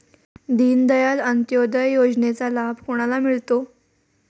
दीनदयाल अंत्योदय योजनेचा लाभ कोणाला मिळतो?